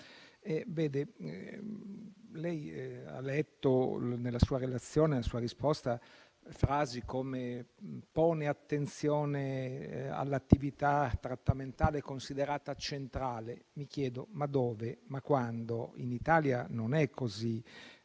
realtà. Lei ha letto nella sua relazione frasi come: pone attenzione all'attività trattamentale considerata centrale. Mi chiedo: ma dove? Ma quando? In Italia non è così.